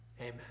Amen